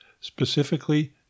specifically